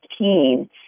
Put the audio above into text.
2015